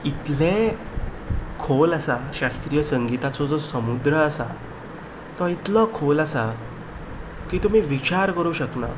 इतलें खोल आसा शास्त्रीय संगिताचो जो समुद्र आसा तो इतलो खोल आसा की तुमी विचार करूं शकना